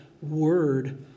word